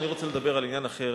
אני רוצה לדבר על עניין אחר.